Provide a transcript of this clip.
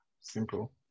Simple